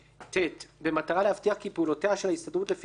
(ט) במטרה להבטיח כי פעולותיה של ההסתדרות לפי סעיף זה